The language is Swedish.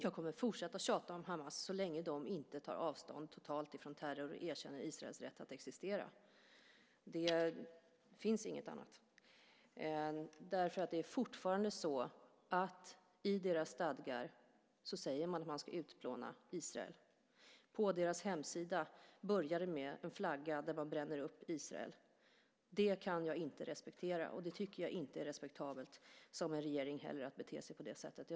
Jag kommer att fortsätta att tjata om Hamas så länge de inte tar totalt avstånd från terror och erkänner Israels rätt att existera. Det finns inget annat alternativ. I deras stadgar sägs nämligen fortfarande att man ska utplåna Israel. På deras hemsida börjar det med en flagga där man bränner upp Israel. Det kan jag inte respektera, och jag tycker inte att det är respektabelt av en regering att bete sig på det sättet.